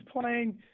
playing